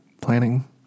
planning